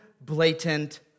blatant